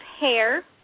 hair